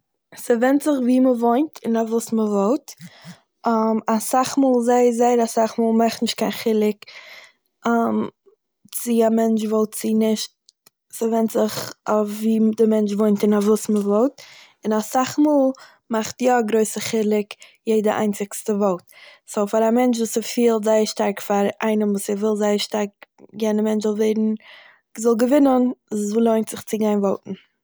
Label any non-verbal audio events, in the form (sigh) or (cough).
ס'ווענדט זיך וואו מ'וואוינט און אויף וואס מ'וואוט, (hesitation) אסאך מאל, זייער זייער אסאך מאל מאכט נישט קיין חילוק (hesitation) צו א מענטש וואוט צו נישט, ס'ווענדט זיך אוואו דער מענטש וואוינט און אויף וואס מ'וואוט. און אסאך מאל מאכט יא א גרויסע חילוק יעדע איינציגסטע וואוט, סו, פאר א מענטש וואס ס'פילט זייער שטארק פאר איינעם וואס ער וויל זייער שטארק יענער מענטש זאל ווערן- זאל געווינען - לוינט זיך צו גיין וואוטן